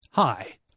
Hi